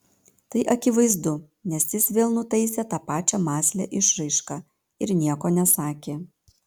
tai akivaizdu nes jis vėl nutaisė tą pačią mąslią išraišką ir nieko nesakė